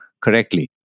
correctly